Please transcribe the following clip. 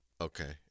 Okay